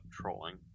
trolling